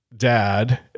Dad